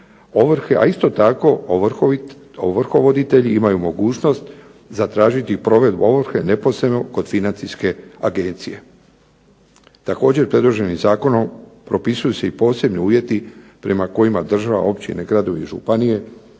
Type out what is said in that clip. a isti tako ovrhovoditelji imaju mogućnost zatražiti provedbu ovrhe neposredno kod financijske agencije. Također predloženim zakonom propisuju se i posebni uvjeti prema kojima država, općine, gradovi i županije